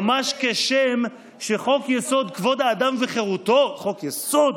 ממש כשם שחוק-יסוד: כבוד האדם וחירותו, חוק-יסוד: